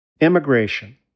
Immigration